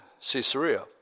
Caesarea